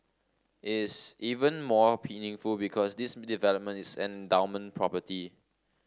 is even more meaningful because this development is an endowment property